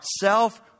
self